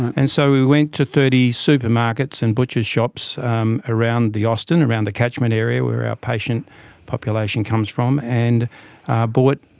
and so we went to thirty supermarkets and butchers shops um around the austin, around the catchment area where our patient population comes from, and bought